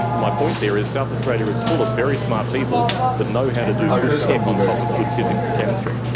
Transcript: my point there is south australia is full of very smart people that know how to do good tech on top of good physics and chemistry.